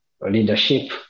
leadership